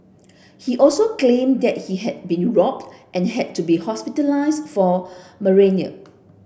he also claimed that he had been robbed and had to be hospitalised for malaria